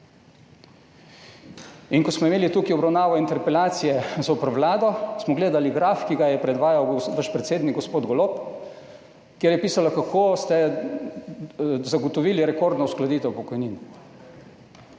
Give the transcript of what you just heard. In ko smo imeli tukaj obravnavo interpelacije zoper vlado, smo gledali graf, ki ga je predvajal vaš predsednik, gospod Golob, kjer je pisalo, kako ste zagotovili rekordno uskladitev pokojnin.